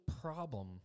problem